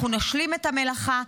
אנחנו נשלים את המלאכה,